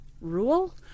rule